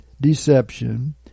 deception